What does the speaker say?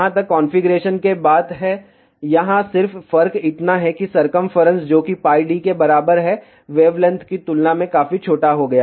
जहां तक कॉन्फ़िगरेशन के बात है यहां सिर्फ फर्क इतना है कि सरकमफेरेंस जो की πD के बराबर है वेवलेंथ की तुलना में काफी छोटा हो गया है